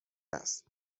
است